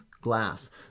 glass